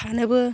थानोबो